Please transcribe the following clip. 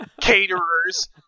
caterers